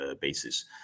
basis